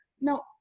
No